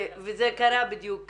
וזה קרה בדיוק ככה.